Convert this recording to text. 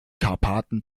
karpaten